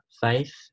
faith